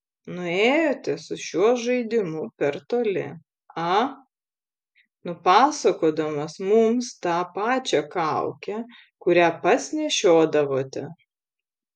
nuėjote su šiuo žaidimu per toli a nupasakodamas mums tą pačią kaukę kurią pats nešiodavote